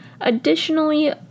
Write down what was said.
Additionally